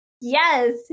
Yes